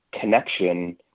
connection